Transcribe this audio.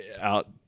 out